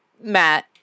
Matt